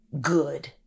good